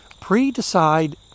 Pre-decide